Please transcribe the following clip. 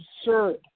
absurd